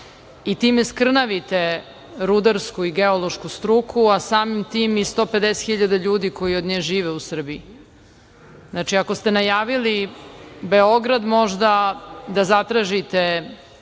i time skrnavite rudarsku i geološku struku, a samim tim i 150.000 ljudi koji od nje žive u Srbiji? Znači, ako ste najavili Beograd možda da zatražite